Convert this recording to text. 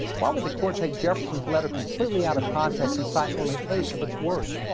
why would the court take jefferson's letter completely out of context and cite only eight of its words?